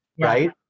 right